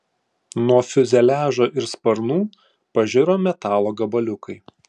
nuo fiuzeliažo ir sparnų pažiro metalo gabaliukai